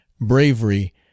bravery